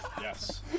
Yes